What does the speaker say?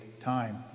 time